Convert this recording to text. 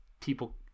people